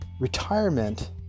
retirement